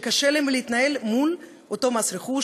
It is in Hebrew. שקשה לו להתנהל מול מס רכוש,